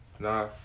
Nah